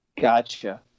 gotcha